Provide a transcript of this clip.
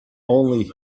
only